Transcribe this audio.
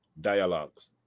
dialogues